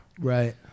Right